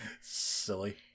silly